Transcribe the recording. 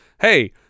hey